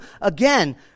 Again